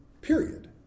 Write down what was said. Period